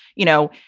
you know,